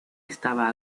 estaba